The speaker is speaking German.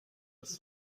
das